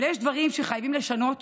אבל יש דברים שחייבים לשנות,